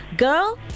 Girl